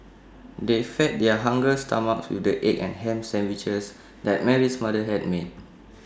they fed their hungry stomachs with the egg and Ham Sandwiches that Mary's mother had made